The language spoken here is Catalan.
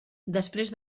després